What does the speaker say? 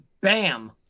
Bam